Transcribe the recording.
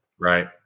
right